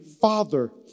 Father